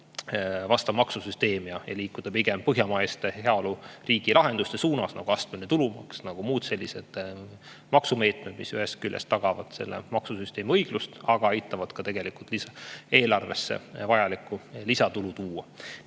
vastav maksusüsteem ja liikuda pigem põhjamaiste heaoluriikide lahenduste poole, nagu astmeline tulumaks ja muud sellised maksumeetmed, mis ühest küljest tagavad maksusüsteemi õigluse, aga aitavad tegelikult ka eelarvesse vajalikku lisatulu tuua.